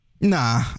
Nah